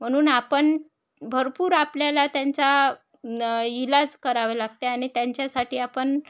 म्हणून आपण भरपूर आपल्याला त्यांचा इलाज करावे लागते आणि त्यांच्यासाठी आपण